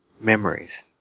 Memories